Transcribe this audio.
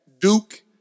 Duke